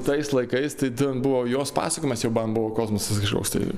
tais laikais tai buvo jos pasakojimas jau man buvo kosmosas kažkoks tai